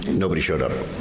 nobody showed up.